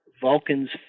Vulcan's